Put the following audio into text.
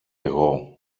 εγώ